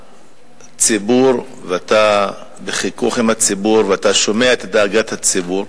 מהציבור, ואתה מתחכך בציבור ושומע את דאגת הציבור,